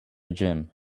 gym